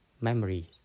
memory